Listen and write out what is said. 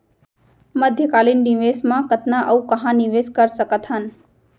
मध्यकालीन निवेश म कतना अऊ कहाँ निवेश कर सकत हन?